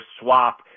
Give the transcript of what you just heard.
swap